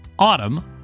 autumn